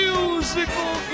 Musical